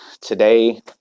today